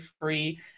free